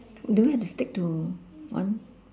do we have to stick to one